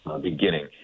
beginning